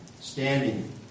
standing